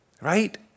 Right